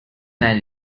and